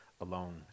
alone